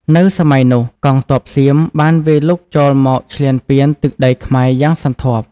នៅសម័យនោះ កងទ័ពសៀមបានវាយលុកចូលមកឈ្លានពានទឹកដីខ្មែរយ៉ាងសន្ធាប់។